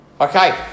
Okay